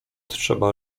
trzeba